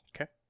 Okay